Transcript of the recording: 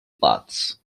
paths